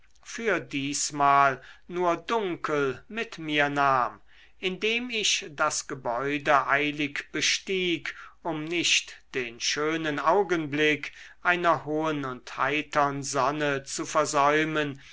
für diesmal nur dunkel mit mir nahm indem ich das gebäude eilig bestieg um nicht den schönen augenblick einer hohen und heitern sonne zu versäumen